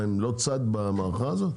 הם לא צד במערכה הזאת?